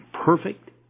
perfect